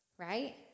Right